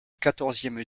quatorzième